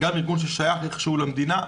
גם ארגון ששייך איכשהו למדינה,